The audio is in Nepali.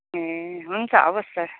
ए हुन्छ हवस् सर